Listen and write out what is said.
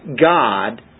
God